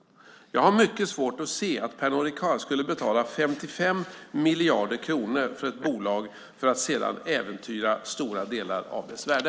Jag har mycket svårt att se att Pernod Ricard skulle betala 55 miljarder kronor för ett bolag för att sedan äventyra stora delar av dess värde.